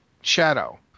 shadow